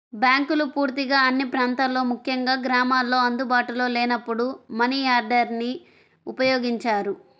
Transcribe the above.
బ్యాంకులు పూర్తిగా అన్ని ప్రాంతాల్లో ముఖ్యంగా గ్రామాల్లో అందుబాటులో లేనప్పుడు మనియార్డర్ని ఉపయోగించారు